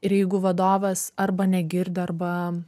ir jeigu vadovas arba negirdi arba